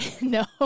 no